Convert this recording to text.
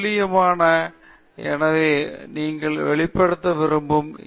உங்களுக்கு தெரியும் துல்லியமான எனவே நீங்கள் வெளிப்படுத்த விரும்பும் ஒன்று இது